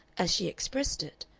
as she expressed it,